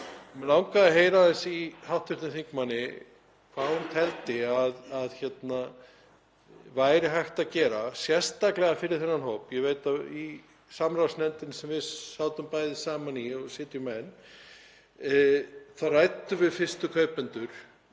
langaði að heyra aðeins í hv. þingmanni hvað hún teldi að væri hægt að gera sérstaklega fyrir þennan hóp. Ég veit að í samráðsnefndinni, sem við sátum bæði saman í og sitjum enn, ræddum við fyrstu kaupendur